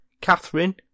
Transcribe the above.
Catherine